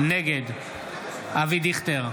נגד אבי דיכטר,